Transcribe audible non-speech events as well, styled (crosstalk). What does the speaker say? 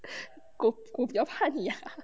(laughs) 狗狗比较怕你啊